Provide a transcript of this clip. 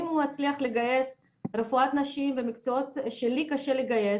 אם הוא מצליח לגייס רפואת נשים ומקצועות שלי קשה לגייס